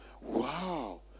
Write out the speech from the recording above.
Wow